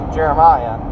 Jeremiah